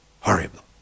horrible